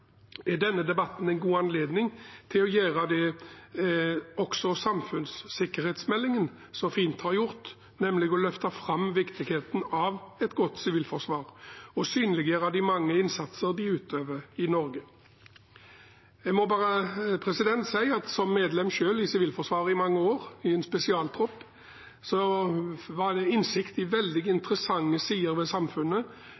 er denne debatten en god anledning til å gjøre det også samfunnssikkerhetsmeldingen så fint har gjort, nemlig å løfte fram viktigheten av et godt sivilforsvar og synliggjøre de mange innsatser det utøver i Norge. Jeg må bare si at som medlem av Sivilforsvaret i mange år, i en spesialtropp, fikk jeg innsikt i veldig